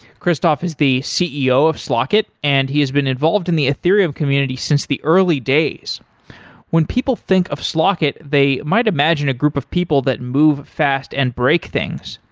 christoph is the ceo of slock it and he has been involved in the ethereum community since the early days when people think of slock it, they might imagine a group of people that move fast and break things.